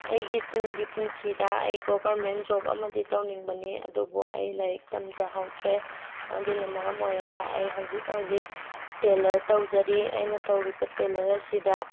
ꯑꯩꯒꯤ ꯇꯨꯡꯒꯤ ꯄꯨꯟꯁꯤꯗ ꯑꯩ ꯒꯣꯚꯔꯃꯦꯟ ꯖꯣꯕ ꯑꯃꯗꯤ ꯇꯧꯅꯤꯡꯕꯅꯤ ꯑꯗꯨꯕꯨ ꯑꯩ ꯂꯥꯏꯔꯤꯛ ꯇꯝꯖꯍꯧꯗ꯭ꯔꯦ ꯑꯗꯨꯅ ꯃꯔꯝ ꯑꯣꯏꯔꯒ ꯑꯩ ꯍꯧꯖꯤꯛ ꯍꯧꯖꯤꯛ ꯇꯦꯂꯔ ꯇꯧꯖꯔꯤ ꯑꯩꯅ ꯇꯧꯔꯤꯕ ꯇꯦꯂꯔ ꯑꯁꯤꯗ